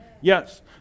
Yes